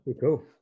Cool